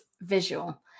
visual